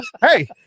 Hey